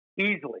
easily